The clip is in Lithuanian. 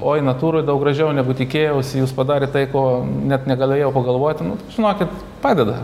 oi natūroj daug gražiau negu tikėjausi jūs padarėt tai ko net negalėjau pagalvoti nu žinokit padeda